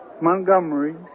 Montgomery